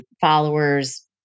followers